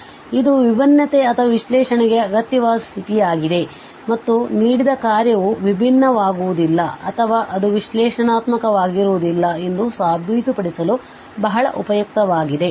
ಆದ್ದರಿಂದ ಇದು ವಿಭಿನ್ನತೆ ಅಥವಾ ವಿಶ್ಲೇಷಣೆಗೆ ಅಗತ್ಯವಾದ ಸ್ಥಿತಿಯಾಗಿದೆ ಮತ್ತು ನೀಡಿದ ಕಾರ್ಯವು ವಿಭಿನ್ನವಾಗುವುದಿಲ್ಲ ಅಥವಾ ಅದು ವಿಶ್ಲೇಷಣಾತ್ಮಕವಾಗಿರುವುದಿಲ್ಲ ಎಂದು ಸಾಬೀತುಪಡಿಸಲು ಬಹಳ ಉಪಯುಕ್ತವಾಗಿದೆ